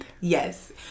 Yes